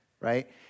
right